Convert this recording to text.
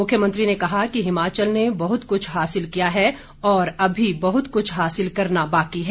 मुख्यमंत्री ने कहा कि हिमाचल ने बहुत कुछ हासिल किया है और अभी बहुत कुछ हासिल करना बाकी है